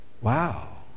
wow